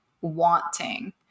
wanting